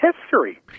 history